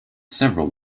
several